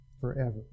forever